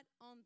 on